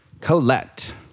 Colette